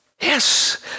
Yes